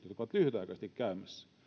jotka ovat lyhytaikaisesti käymässä